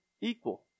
equal